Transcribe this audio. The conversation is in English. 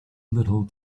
little